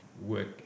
work